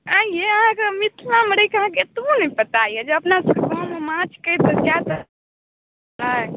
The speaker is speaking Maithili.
एँ ये अहाँके मिथिलामे रहिके अहाँके एतबो नहि पता अछि कि अपना सबके गाँवमे माछ कए प्रकारके अछि